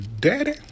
daddy